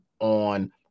on